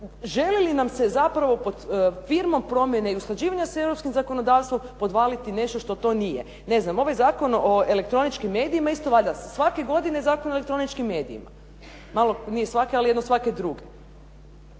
želi li nam se zapravo pod firmom promjene i usklađivanja s europskim zakonodavstvom podvaliti nešto što to nije. Ne znam, ovaj Zakon o elektroničkim medijima, isto valjda svake godine Zakon o elektroničkim medijima. Malo, nije svake, ali jedno svake druge.